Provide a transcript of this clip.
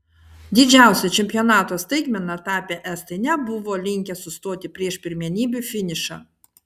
didžiausia čempionato staigmena tapę estai nebuvo linkę sustoti prieš pirmenybių finišą